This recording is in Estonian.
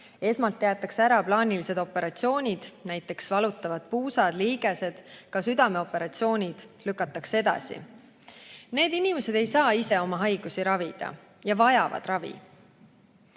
Esmalt jäetakse ära plaanilised operatsioonid, näiteks valutavad puusad, liigesed, ka südameoperatsioonid lükatakse edasi. Need inimesed ei saa ise oma haigusi ravida ja vajavad ravi.